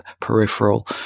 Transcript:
peripheral